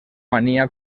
mania